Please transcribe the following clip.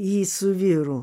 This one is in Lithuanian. ji su vyru